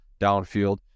downfield